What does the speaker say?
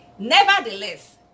Nevertheless